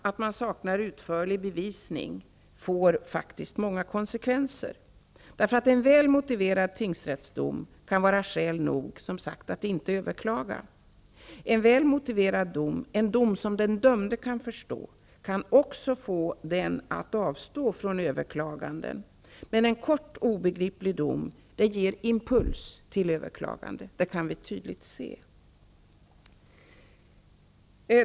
Att man saknar utförlig bevisning får faktiskt många konsekvenser. En väl motiverad tingsrättsdom kan vara skäl nog att inte överklaga. En väl motiverad dom, en dom som den dömde kan förstå, kan också få vederbörande att avstå från överklaganden. Men en kort, obegriplig dom ger impuls till överklagande; det kan vi tydligt se.